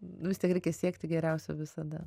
nu vis tiek reikia siekti geriausio visada